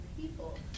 people